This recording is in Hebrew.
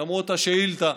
למרות השאילתה,